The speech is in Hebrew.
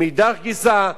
מאידך גיסא,